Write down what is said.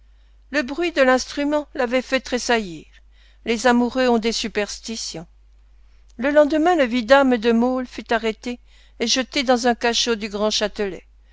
le bruit de l'instrument l'avait fait tressaillir les amoureux ont des superstitions le lendemain le vidame de maulle fut arrêté et jeté dans un cachot du grand châtelet